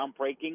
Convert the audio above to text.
groundbreaking